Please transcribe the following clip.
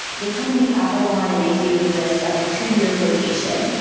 they come into capital one and they do this, like a two-year rotation.